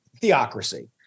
theocracy